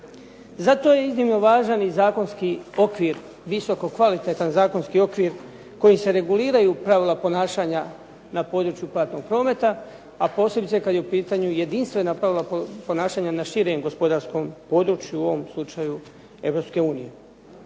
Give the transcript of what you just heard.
Zato je iznimno važan i zakonski okvir, visoko kvalitetan zakonski okvir kojim se reguliraju pravila ponašanja na području platnog prometa a posebice kada je u pitanju jedinstvena pravila ponašanja na širem gospodarskom području u ovom slučaju Europske unije.